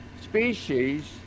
species